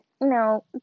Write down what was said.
no